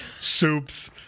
soups